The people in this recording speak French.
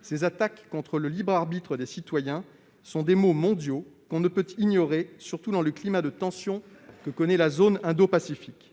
Ces attaques contre le libre arbitre des citoyens sont des maux mondiaux, que l'on ne peut ignorer, surtout dans le climat de tension que connaît la zone indo-pacifique.